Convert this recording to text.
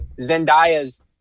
Zendaya's